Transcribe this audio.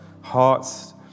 hearts